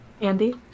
andy